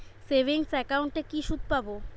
Savings একাউন্টে কি সুদ পাব?